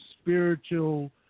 spiritual